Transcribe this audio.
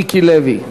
מיקי לוי.